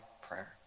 prayer